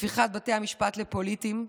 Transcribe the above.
הפיכת בתי המשפט לפוליטיים,